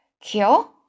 Kill